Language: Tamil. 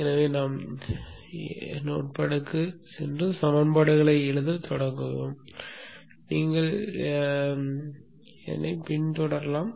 எனவே நான் எழுத்துப் பலகைக்குச் சென்று சமன்பாடுகளை எழுதத் தொடங்குவேன் நீங்கள் என்னைப் பின்தொடர முடியும்